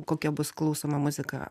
kokia bus klausoma muzika